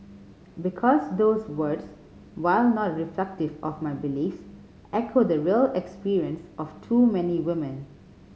because those words while not reflective of my beliefs echo the real experience of too many women